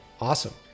awesome